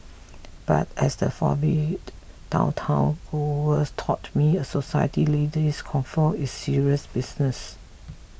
but as the down town was taught me a society lady's coiffure is serious business